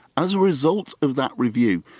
as a result of that review,